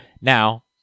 Now